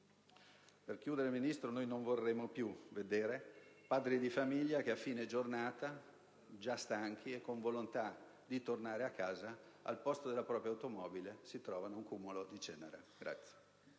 Per concludere, signor Ministro, non vorremmo più vedere padri di famiglia che a fine giornata, già stanchi e con la volontà di tornare a casa, al posto della propria automobile si trovano una carcassa